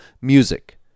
music